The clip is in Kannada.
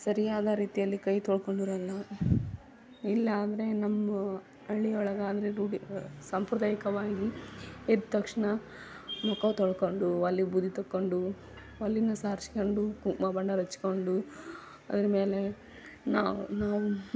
ಸರಿಯಾದ ರೀತಿಯಲ್ಲಿ ಕೈ ತೊಳ್ಕೊಂಡಿರೋಲ್ಲ ಇಲ್ಲ ಅಂದರೆ ನಮ್ಮ ಹಳ್ಳಿ ಒಳಗೆ ಆದರೆ ರೂಢಿ ಸಾಂಪ್ರದಾಯಿಕವಾಗಿ ಎದ್ದ ತಕ್ಷಣ ಮುಖ ತೊಳ್ಕೊಂಡು ಒಲೆ ಬೂದಿ ತಗೊಂಡು ಒಲೆನ ಸಾರ್ಸ್ಕೊಂಡು ಕುಂಕುಮ ಬಣ್ಣರ ಹಚ್ಕೊಂಡು ಅದ್ರ್ಮೇಲೇ ನಾವು ನಾವು